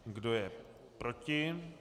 Kdo je proti?